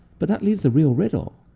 but that leaves a real riddle.